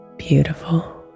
beautiful